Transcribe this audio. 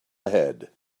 ahead